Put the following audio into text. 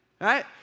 right